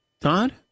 Todd